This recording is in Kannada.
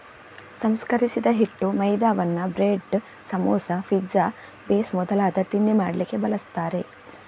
ಸಂಸ್ಕರಿಸಿದ ಹಿಟ್ಟು ಮೈದಾವನ್ನ ಬ್ರೆಡ್, ಸಮೋಸಾ, ಪಿಜ್ಜಾ ಬೇಸ್ ಮೊದಲಾದ ತಿಂಡಿ ಮಾಡ್ಲಿಕ್ಕೆ ಬಳಸ್ತಾರೆ